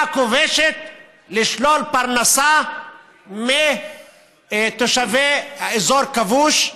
כובשת לשלול פרנסה מתושבי אזור כבוש.